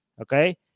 Okay